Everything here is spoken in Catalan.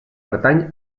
pertany